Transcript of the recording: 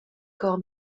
chor